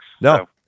No